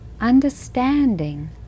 understanding